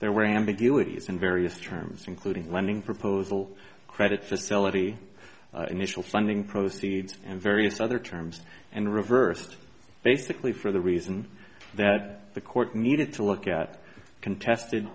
there were ambiguities in various terms including lending proposal credit facility initial funding proceeds and various other terms and reversed basically for the reason that the court needed to look at contested